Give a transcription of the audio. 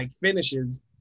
finishes